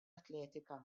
atletika